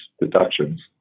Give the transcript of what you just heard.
deductions